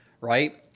right